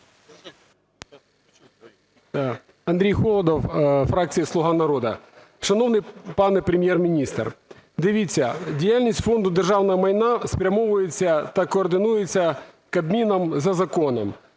Андрій Холодов, фракція "Слуга народу". Шановний пане Прем'єр-міністр, дивіться, діяльність Фонду державного майна спрямовується та координується Кабміном за законом.